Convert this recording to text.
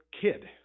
kid